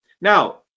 Now